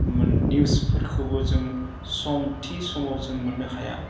निउसफोरखौबो जों सम थि समाव जों मोननो हाया